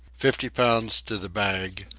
fifty pounds to the bag,